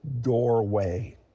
doorway